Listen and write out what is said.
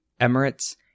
Emirates